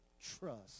trust